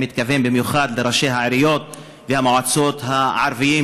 אני מתכוון במיוחד לראשי העיריות והמועצות הערבים,